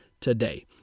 today